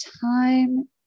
time